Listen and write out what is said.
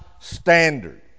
standard